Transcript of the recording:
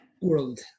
world